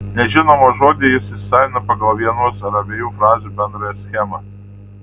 nežinomą žodį jis įsisavina pagal vienos ar abiejų frazių bendrąją schemą